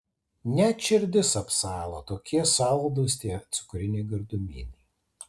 net širdis apsalo tokie saldūs tie cukriniai gardumynai